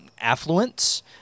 affluence